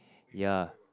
ya